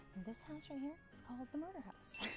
this house right here, it's called the murder house.